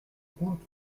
compte